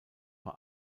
vor